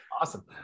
Awesome